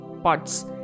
parts